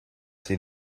see